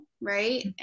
right